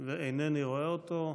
ואינני רואה אותו.